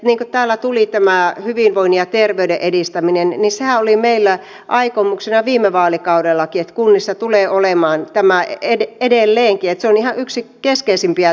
niin kuin täällä tuli tämä hyvinvoinnin ja terveyden edistäminen niin sehän oli meillä aikomuksena viime vaalikaudellakin että kunnissa tulee olemaan tämä edelleenkin että se on ihan yksi keskeisimpiä tehtäviä